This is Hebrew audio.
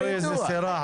תלוי איזה סירה,